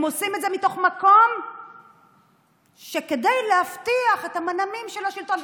הם עושים את זה מתוך מקום של להבטיח את המנעמים של השלטון.